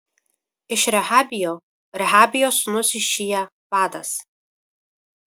iš rehabijo rehabijo sūnus išija vadas